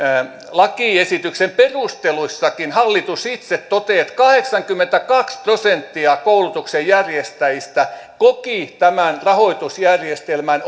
lakiesityksen perusteluissakin hallitus itse toteaa että kahdeksankymmentäkaksi prosenttia koulutuksen järjestäjistä koki tämän rahoitusjärjestelmän